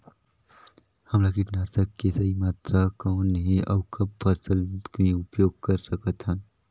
हमला कीटनाशक के सही मात्रा कौन हे अउ कब फसल मे उपयोग कर सकत हन?